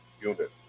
unit